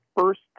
first